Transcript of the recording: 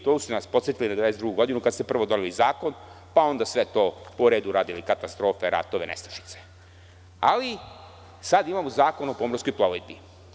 Tu ste nas podsetili na 1992. godinu kada ste prvo doneli zakon, onda sve to po redu radili, katastrofe, ratove, nestašice, ali sada imamo Zakon o pomorskoj plovidbi.